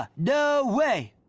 ah no way.